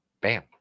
Bam